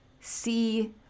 See